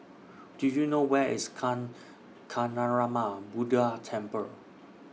Do YOU know Where IS Kancanarama Buddha Temple